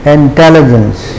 intelligence